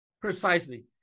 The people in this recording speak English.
Precisely